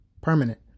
permanent